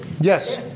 Yes